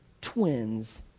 twins